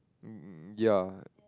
ya